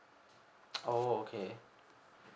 oh okay